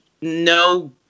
no